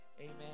amen